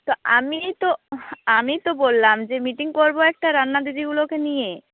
তো আমিই তো আমি তো বললাম যে মিটিং করব একটা রান্না দিদিগুলোকে নিয়ে